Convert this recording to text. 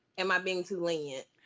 am i being too lenient?